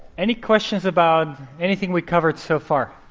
any questions about anything we covered so far?